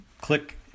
click